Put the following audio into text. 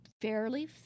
fairly